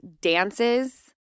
dances—